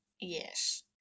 yes